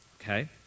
okay